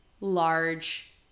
large